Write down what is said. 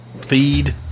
feed